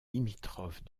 limitrophe